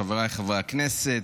חבריי חברי הכנסת,